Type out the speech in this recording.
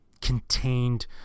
contained